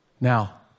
Now